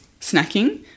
snacking